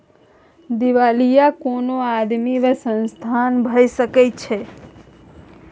दिवालिया कोनो आदमी वा संस्था भए सकैत छै